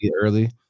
early